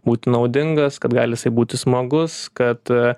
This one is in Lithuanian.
būti naudingas kad gali jisai buti smagus kad